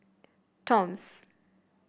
toms